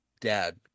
dad